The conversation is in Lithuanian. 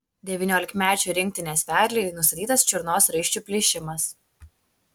devyniolikmečių rinktinės vedliui nustatytas čiurnos raiščių plyšimas